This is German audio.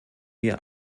wir